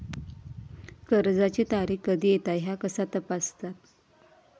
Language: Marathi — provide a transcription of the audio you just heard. कर्जाची तारीख कधी येता ह्या कसा तपासतत?